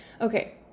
Okay